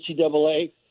NCAA